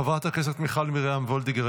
חברת הכנסת מיכל מרים וולדיגר,